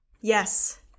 Yes